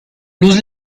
luz